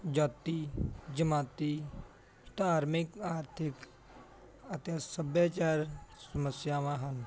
ਜਾਤੀ ਜਮਾਤੀ ਧਾਰਮਿਕ ਆਰਥਿਕ ਅਤੇ ਸਭਿਆਚਾਰ ਸਮੱਸਿਆਵਾਂ ਹਨ